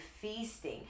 feasting